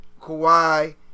Kawhi